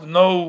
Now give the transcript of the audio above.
no